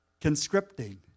conscripting